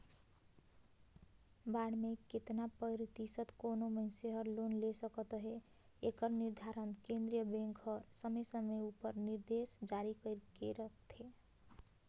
bond में केतना परतिसत कोनो मइनसे हर लोन ले सकत अहे एकर निरधारन केन्द्रीय बेंक हर समे समे उपर निरदेस जारी कइर के रखथे